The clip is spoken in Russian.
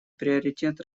приоритет